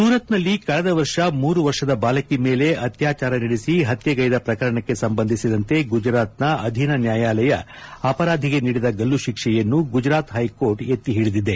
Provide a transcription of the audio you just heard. ಸುರತ್ನಲ್ಲಿ ಕಳೆದ ವರ್ಷ ಮೂರು ವರ್ಷದ ಬಾಲಕಿ ಮೇಲೆ ಅತ್ಲಾಚಾರ ನಡೆಸಿ ಹತ್ಲೆಗೈದ ಪ್ರಕರಣಕ್ಕೆ ಸಂಬಂಧಿಸಿದಂತೆ ಗುಜರಾತ್ನ ಅಧೀನ ನ್ಯಾಯಾಲಯ ಅಪರಾಧಿಗೆ ನೀಡಿದ ಗಲ್ಲು ಶಿಕ್ಷೆಯನ್ನು ಗುಜರಾತ್ ಹೈಕೋರ್ಟ್ ಎತ್ತಿ ಹಿಡಿದಿದೆ